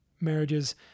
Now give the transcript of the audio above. marriages